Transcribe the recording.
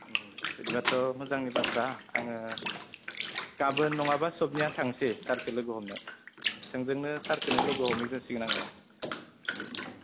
बिदिब्लाथ' मोजांनि बाथ्रा आङो गाबोन नङाब्ला सबनिहा थांसै सारखौ लोगो हमनो थोंजोंनो सारखौनो लोगो हमहैग्रोसिगोन आङो